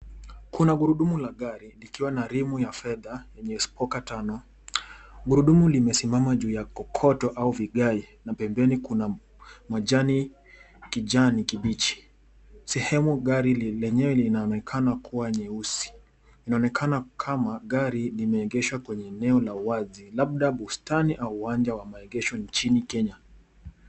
Kuna gurudumu la gari, likiwa na rimu ya fedha, yenye spoka tano. Gurudumu limesimama juu ya kokoto au vigae, na pembeni kuna majani kijani kibichi. Sehemu gari lenyewe linaonekana kuwa nyeusi. Inaonekana kama, gari limeegeshwa kwenye eneo la wazi labda bustani au uwanja wa maegesho nchini Kenya.